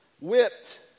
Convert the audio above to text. whipped